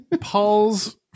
Paul's